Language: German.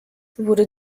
wurde